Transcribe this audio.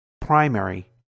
primary